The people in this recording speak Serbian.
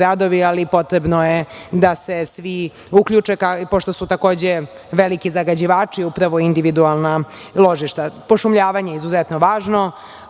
ali potrebno je da se svi uključe pošto su takođe veliki zagađivači upravo individualna ložišta. Pošumljavanje je izuzetno važno.